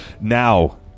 now